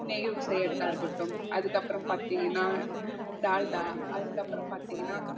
நெய் செய்யறதாக இருக்கட்டும் அதுக்கப்புறம் பார்த்தீங்கன்னா டால்டா அதுக்கப்புறம் பார்த்தீங்கன்னா